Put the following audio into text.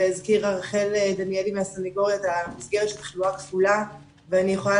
הזכירה רחל דניאלי מהסנגוריה את המסגרת של תחלואה כפולה ואני יכולה